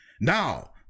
Now